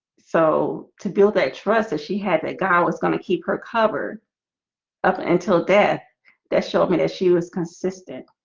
so to build that trust that she had that god was going to keep her covered up until death that showed me that she was consistent